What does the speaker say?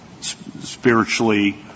spiritually